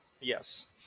Yes